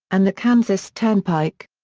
and the kansas turnpike.